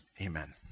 Amen